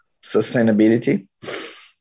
sustainability